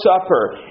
Supper